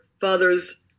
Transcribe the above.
father's